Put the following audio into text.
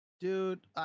Dude